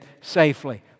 safely